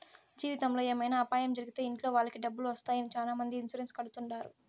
జీవితంలో ఏమైనా అపాయం జరిగితే ఇంట్లో వాళ్ళకి డబ్బులు వస్తాయి అని చాలామంది ఇన్సూరెన్స్ కడుతుంటారు